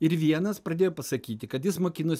ir vienas pradėjo pasakyti kad jis mokinos